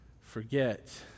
forget